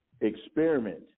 experiment